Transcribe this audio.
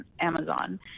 Amazon